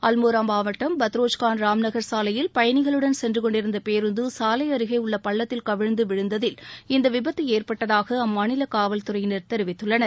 அல்மோரா மாவட்டம் பத்ரோஜ்கான் ராம்நகர் சாலையில் பயணிகளுடன் சென்று கொண்டிருந்த பேருந்து சாலை அருகே உள்ள பள்ளத்தில் கவிழ்ந்து விழுந்ததில் இந்த விபத்து ஏற்பட்டதாக அம்மாநில காவல்தறையினா தெரிவித்துள்ளனர்